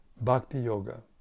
bhakti-yoga